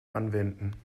anwenden